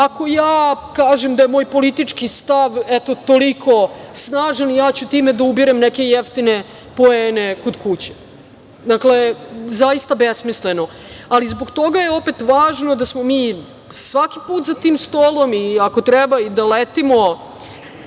ako ja kažem da moj je politički stav eto toliko snažan i ja ću time da ubiram neke jeftine poene kod kuće. Dakle, zaista besmisleno. Ali, zbog toga je opet jako važno da smo mi svaki put za tim stolom, i ako treba i da letimo